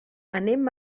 anem